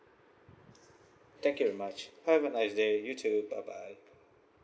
thank you very much have a nice day you too bye bye